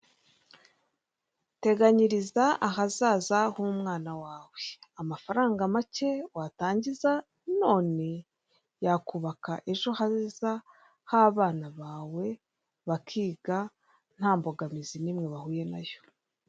Teganyiriza ahazaza h'umwana wawe amafaranga make watangiza none yakubaka ejo heza h'abana bawe bakiga nta mbogamizi n'imwe bahuye nayo.